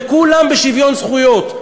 וכולם בשוויון זכויות,